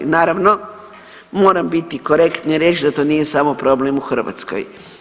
Naravno moram biti korektna i reći da to nije samo problem u Hrvatskoj.